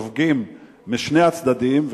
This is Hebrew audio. לפעמים הם נמצאים בחיץ הזה והם סופגים משני הצדדים.